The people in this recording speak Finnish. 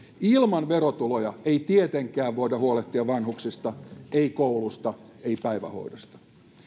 ilman verotuloja ei tietenkään voida huolehtia vanhuksista ei koulusta ei päivähoidosta